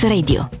Radio